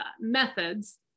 methods